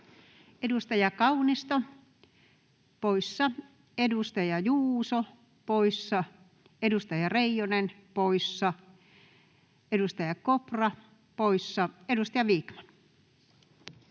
Edustaja Kaunisto poissa, edustaja Juuso poissa, edustaja Reijonen poissa, edustaja Kopra poissa. — Edustaja Vikman.